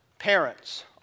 Parents